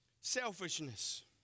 Selfishness